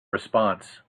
response